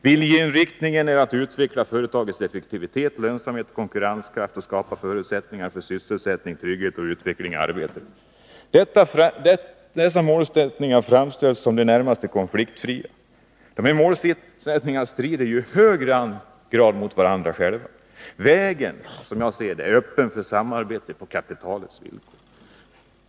Viljeinriktningen är att utveckla företagets effektivitet, lönsamhet och konkurrenskraft och skapa förutsättningar för sysselsättning, trygghet och utveckling i arbetet. Dessa målsättningar framställs som i det närmaste konfliktfria, men de strider ju i hög grad mot varandra. Enligt min mening är vägen öppen för samarbete på kapitalets villkor.